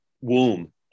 womb